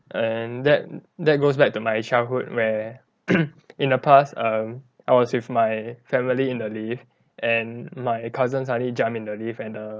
and that that goes back to my childhood where in the past um I was with my family in the lift and my cousin suddenly jump in the lift and err